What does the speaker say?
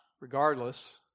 Regardless